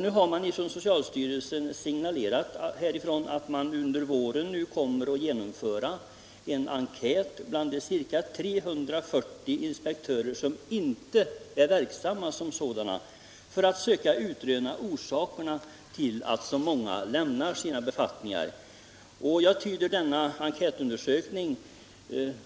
Nu har socialstyrelsen signalerat att en enkät under våren kommer att genomföras bland de ca 340 inspektörer som inte är verksamma som sådana, för att söka utröna orsakerna till att så många lämnar sina befattningar. Jag tyder denna enkätundersökning